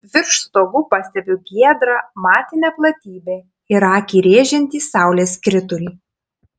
virš stogų pastebiu giedrą matinę platybę ir akį rėžiantį saulės skritulį